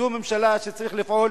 זאת ממשלה שצריך לפעול